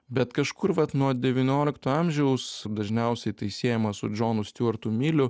bet kažkur vat nuo devyniolikto amžiaus dažniausiai tai siejama su džonu stiuartu miliu